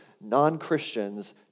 non-Christians